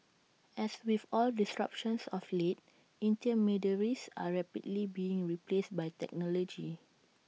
as with all disruptions of late intermediaries are rapidly being replaced by technology